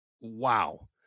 Wow